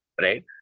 Right